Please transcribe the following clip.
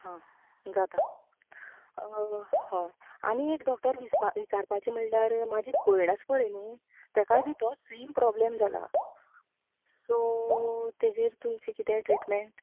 हां जाता हय आनी एक डोक्टर विचारपाचें म्हणल्यार म्हाजी भयण आसा पय न्ही तेकाय बी तोच सेम प्रोब्लम जाला सो तेजेर तुमची कितेंय ट्रिटमेंट